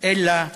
אלא הבלים.